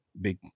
big